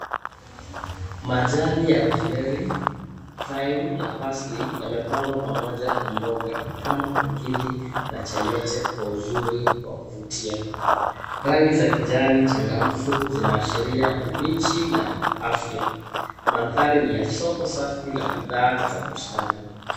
Majani ya rosemary, thine na pastry yamepangwa pamoja na mboga kama fagili la choyote kwa uzuri na kuvutia. Rangi za kijani changamfu zinaashiria ubichi na afya. Mandhari ni ya soko safi la bidhaa za bustani.